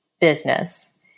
business